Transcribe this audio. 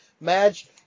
match